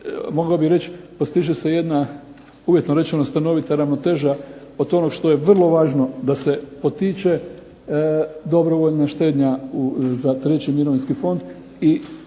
mogao bih reći postiže se jedna uvjetno rečeno stanovita ravnoteža od onog što je vrlo važno da se potiče dobrovoljna štednja za treći mirovinski fond